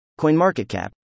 CoinMarketCap